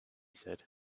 said